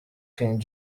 king